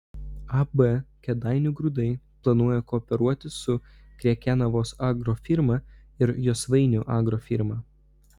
ab kėdainių grūdai planuoja kooperuotis su krekenavos agrofirma ir josvainių agrofirma